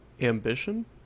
Ambition